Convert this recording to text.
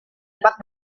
empat